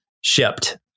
shipped